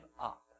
up